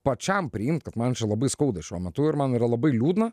pačiam priimt kad man čia labai skauda šiuo metu ir man yra labai liūdna